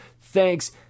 Thanks